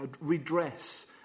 redress